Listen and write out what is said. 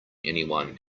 anyone